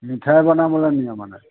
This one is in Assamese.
মিঠাই বনাবলৈ নিয়ে মানে